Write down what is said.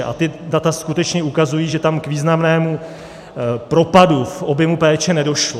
A ta data skutečně ukazují, že k významnému propadu objemu péče nedošlo.